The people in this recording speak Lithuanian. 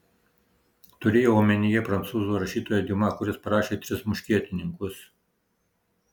turėjau omenyje prancūzų rašytoją diuma kuris parašė tris muškietininkus